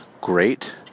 great